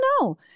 no